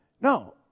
no